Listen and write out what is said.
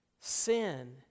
sin